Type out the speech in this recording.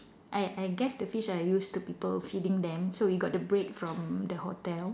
I I guess the fish are used to people feeding them so we got the bread from the hotel